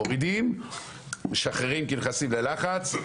מורידים ומשחררים כי נכנסים ללחץ,